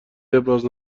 ابراز